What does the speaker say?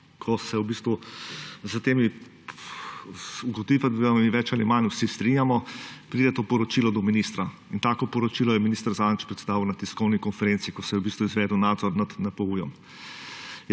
ko se v bistvu s temi ugotovitvami več ali manj vsi strinjamo, pride to poročilo do ministra. Tako poročilo je minister zadnjič predstavil na tiskovni konferenci, ko se je v bistvu izvedel nadzor nad NPU.